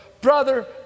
brother